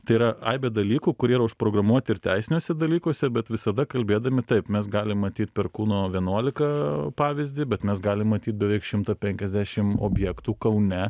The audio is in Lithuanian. tai yra aibė dalykų kurie yra užprogramuoti ir teisiniuose dalykuose bet visada kalbėdami taip mes galim matyt perkūno vienuolika pavyzdį bet mes galim matyt beveik šimtą penkiasdešim objektų kaune